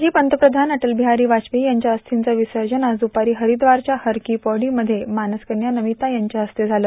माजी पंतप्रधान अटलबिहारी वाजपेयी यांच्या अस्थिंचं विसर्जन आज द्रपारी हरिद्वारच्या हर की पौडी मध्ये मानस कन्या नमीता यांच्या हस्ते झालं